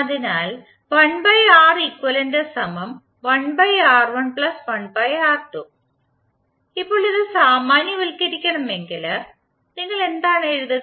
അതിനാൽ ഇപ്പോൾ ഇത് സാമാന്യവൽക്കരിക്കണമെങ്കിൽ നിങ്ങൾ എന്താണ് എഴുതുക